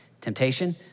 Temptation